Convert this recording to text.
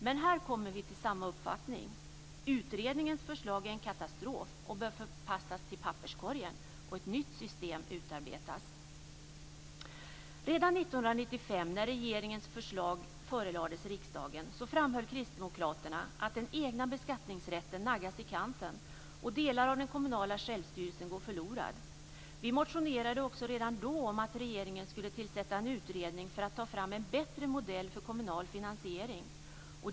Men här kommer vi till samma uppfattning: Utredningens förslag är en katastrof. Det bör förpassas till papperskorgen, och ett nytt system bör utarbetas. Redan 1995, när regeringens förslag förelades riksdagen, framhöll kristdemokraterna att den egna beskattningsrätten naggas i kanten och att en del av den kommunala självstyrelsen går förlorad. Vi motionerade också redan då om att regeringen skulle tillsätta en utredning för att ta fram en bättre modell för kommunal finansiering.